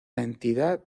entidad